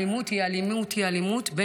אלימות היא אלימות היא אלימות,